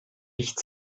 wicht